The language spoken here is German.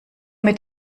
mit